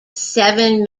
seven